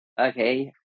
okay